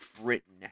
Britain